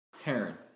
Heron